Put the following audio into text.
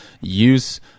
use